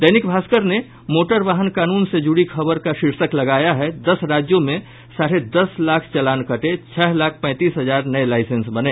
दैनिक भास्कर ने मोटर वाहन कानून से जुड़ी खबर का शीर्षक लगाया है दस राज्यों में साढ़े दस लाख चालान कटे छह लाख पैंतीस हजार नये लाइसेंस बने